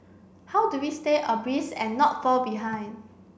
how do we stay abreast and not fall behind